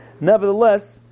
Nevertheless